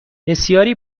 بسیاری